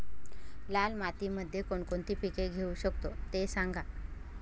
लाल मातीमध्ये कोणकोणती पिके घेऊ शकतो, ते सांगा